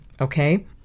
okay